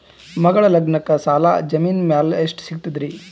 ಮಗಳ ಲಗ್ನಕ್ಕ ಸಾಲ ಜಮೀನ ಮ್ಯಾಲ ಎಷ್ಟ ಸಿಗ್ತದ್ರಿ?